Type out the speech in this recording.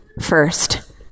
first